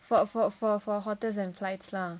for for for for hotels and flights lah